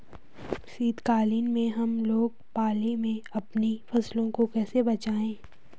शीतकालीन में हम लोग पाले से अपनी फसलों को कैसे बचाएं?